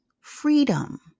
freedom